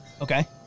Okay